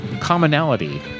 commonality